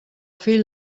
fill